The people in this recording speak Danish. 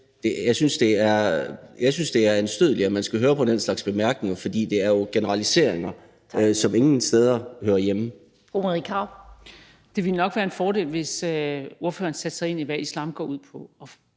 Jeg synes, det er anstødeligt, at man skal høre på den slags bemærkninger, fordi det jo er generaliseringer, som ingen steder hører hjemme. Kl. 19:57 Den fg. formand (Annette Lind): Fru Marie Krarup.